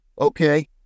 okay